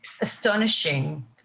astonishing